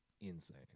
insane